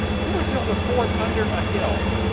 who would build a fork under a hill?